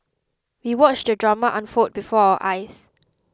we watched the drama unfold before our eyes